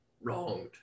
wronged